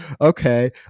okay